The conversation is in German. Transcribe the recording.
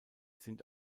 sind